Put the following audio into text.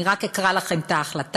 אני רק אקרא לכם את ההחלטה: